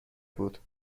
بود